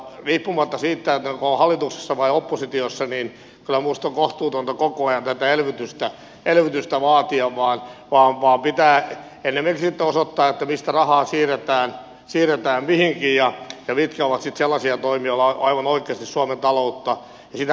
riippumatta siitä onko hallituksessa vai oppositiossa minusta on kyllä kohtuutonta koko ajan tätä elvytystä vaatia vaan pitää enemmänkin sitten osoittaa mistä rahaa siirretään mihinkin ja mitkä ovat sitten sellaisia toimia joilla aivan oikeasti suomen taloutta ja sitä kautta ihmisten tilannetta lähdetään helpottamaan